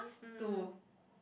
to